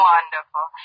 Wonderful